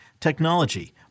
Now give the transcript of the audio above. technology